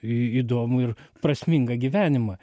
įdomų ir prasmingą gyvenimą